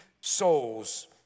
souls